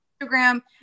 Instagram